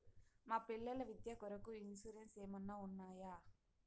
మా పిల్లల విద్య కొరకు ఇన్సూరెన్సు ఏమన్నా ఉన్నాయా?